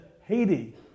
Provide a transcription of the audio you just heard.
Haiti